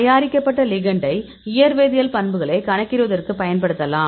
தயாரிக்கப்பட்ட லிகெண்டை இயற்வேதியியல் பண்புகளை கணக்கிடுவதற்கு பயன்படுத்தலாம்